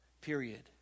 period